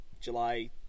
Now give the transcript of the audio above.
july